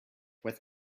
with